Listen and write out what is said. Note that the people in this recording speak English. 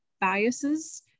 biases